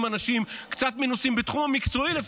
אנשים קצת מנוסים בתחום המקצועי לפחות,